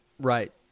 Right